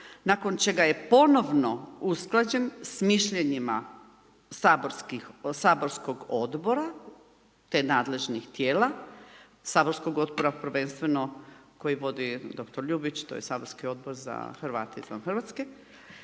nakon čega je ponovno usklađen s mišljenjima saborskog odbora te nadležnih tijela, saborskog odbora, prvenstveno, koje vodi doktor Ljubić, to je saborski Odbor za Hrvate izvan RH,